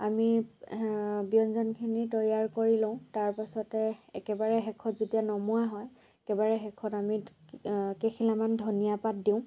আমি ব্যঞ্জনখিনি তৈয়াৰ কৰি লওঁ তাৰ পাছতে একেবাৰে শেষত যেতিয়া নমোৱা হয় একেবাৰে শেষত আমি কেইখিলামান ধনীয়া পাত দিওঁ